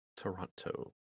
Toronto